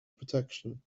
protection